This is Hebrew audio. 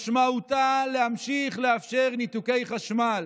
משמעותה להמשיך לאפשר ניתוקי חשמל.